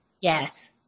yes